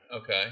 Okay